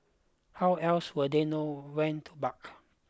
how else would they know when to bark